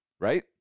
right